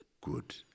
Good